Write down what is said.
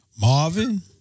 Marvin